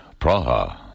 Praha